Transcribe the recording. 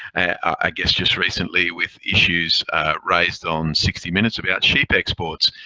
i guess just recently with issues raised on sixty minutes about sheep exports,